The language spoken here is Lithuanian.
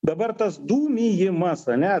dabar tas dūmijimas ane